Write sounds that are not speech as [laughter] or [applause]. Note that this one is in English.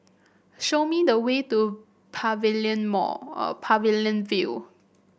show me the way to Pavilion Mall [hesitation] Pavilion View